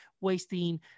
wasting